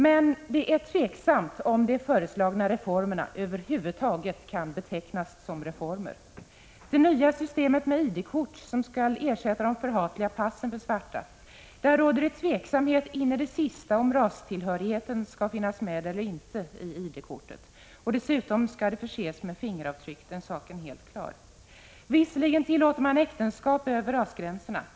Men det är tveksamt om de föreslagna reformerna över huvud taget kan betecknas som reformer. När det gäller det nya systemet med ID-kort, som skall ersätta systemet med de förhatliga passen för svarta, råder det in i det sista tveksamhet om huruvida rastillhörigheten skall finnas med eller inte på kortet. Dessutom skall kortet förses med fingeravtryck — den saken är helt klar. Visserligen tillåter man äktenskap över rasgränserna.